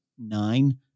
Nine